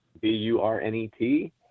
B-U-R-N-E-T